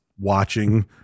watching